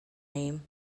name